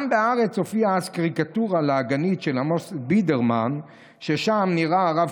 גם בהארץ הופיעה אז קריקטורה לעגנית של עמוס בידרמן ובה נראה הרב